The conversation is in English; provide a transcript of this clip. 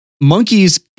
monkeys